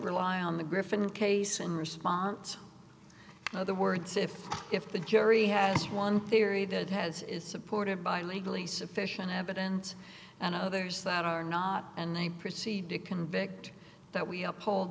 rely on the griffin case in response other words if if the jury has one theory that has is supported by legally sufficient evidence and others that are not and they proceed to convict that we uphold